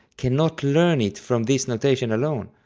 cannot learn it from this notation alone.